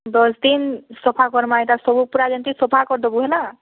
ଦଶ୍ ଦିନ୍ ସଫା କରମା ଏଟା ସବୁ ପୂରା ଯେମତି ସଫା କରଦବୁ ହେଲା